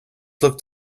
looked